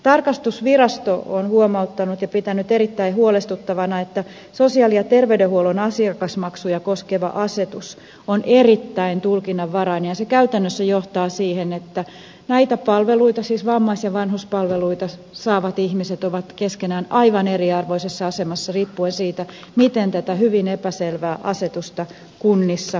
tarkastusvirasto on huomauttanut ja pitänyt erittäin huolestuttavana että sosiaali ja terveydenhuollon asiakasmaksuja koskeva asetus on erittäin tulkinnanvarainen ja se käytännössä johtaa siihen että näitä palveluita siis vammais ja vanhuspalveluita saavat ihmiset ovat keskenään aivan eriarvoisessa asemassa riippuen siitä miten tätä hyvin epäselvää asetusta kunnissa tulkitaan